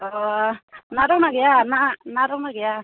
अ ना दंना गैया ना ना दंना गैया